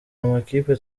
amakipe